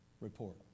report